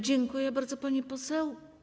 Dziękuję bardzo, pani poseł.